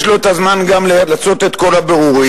יש לו הזמן גם לעשות את כל הבירורים.